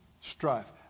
Strife